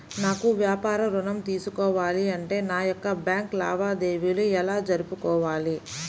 నాకు వ్యాపారం ఋణం తీసుకోవాలి అంటే నా యొక్క బ్యాంకు లావాదేవీలు ఎలా జరుపుకోవాలి?